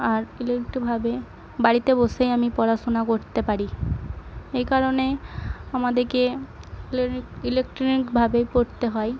আর ইলেকট্রিকভাবে বাড়িতে বসেই আমি পড়াশোনা করতে পারি এই কারণে আমাদেকে ইলেকট্রিকভাবে পড়তে হয়